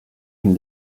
une